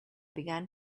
began